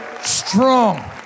strong